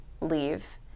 leave